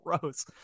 gross